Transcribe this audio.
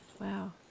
wow